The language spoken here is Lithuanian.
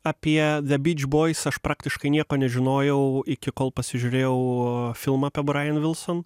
apie ze byč boiz aš praktiškai nieko nežinojau iki kol pasižiūrėjau filmą apie brajan vilson